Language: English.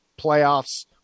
playoffs